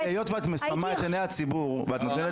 היות שאת מסמאת את עיני הציבור ואת נותנת נתונים